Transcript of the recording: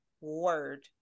word